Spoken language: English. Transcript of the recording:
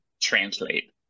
translate